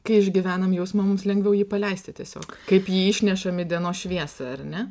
kai išgyvenam jausmą mums lengviau jį paleisti tiesiog kaip jį išnešam į dienos šviesą ar ne